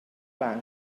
bank